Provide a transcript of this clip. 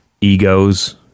egos